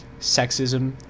sexism